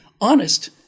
honest